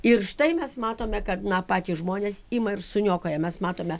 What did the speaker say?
ir štai mes matome kad na patys žmonės ima ir suniokoja mes matome